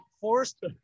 forced